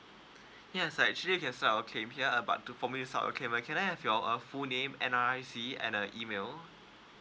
ya it's actually you can claim here uh but to okay can I have your uh full name N_R_I_C and uh email